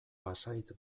pasahitz